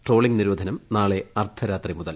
trawling നിരോധനം നാളെ അർധരാത്രി മുതൽ